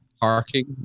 Parking